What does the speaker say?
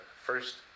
first